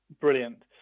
brilliant